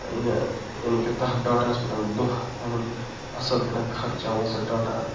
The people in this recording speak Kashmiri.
یعنی کہ تَتھ ڈاٹاہَس پٮ۪ٹھ دۄہ پَنُن اَصٕل پٲٹھۍ خرچاوان سُہ ڈاٹا